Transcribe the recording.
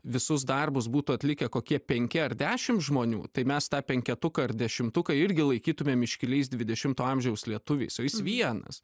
visus darbus būtų atlikę kokie penki ar dešim žmonių tai mes tą penketuką ar dešimtuką irgi laikytumėm iškiliais dvidešimto amžiaus lietuviais o jis vienas